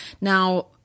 Now